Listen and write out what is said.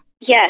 Yes